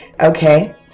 okay